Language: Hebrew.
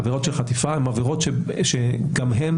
עבירות של חטיפה הן עבירות שגם הן,